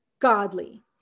godly